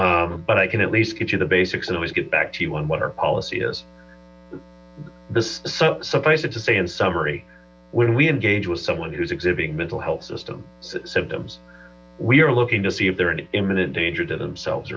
but i can at least give you the basics and always get back to you on what our policy is so suffice it to say in summary when we engage with someone who is exhibiting mental health system symptoms we are looking to see if they're an imminent danger to themselves